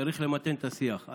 צריך למתן את השיח.